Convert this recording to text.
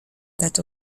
that